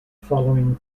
following